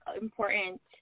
important